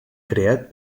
creat